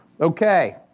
Okay